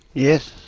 yes,